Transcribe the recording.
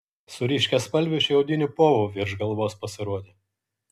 su ryškiaspalviu šiaudiniu povu virš galvos pasirodė